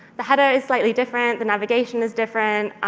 the header is slightly different. the navigation is different.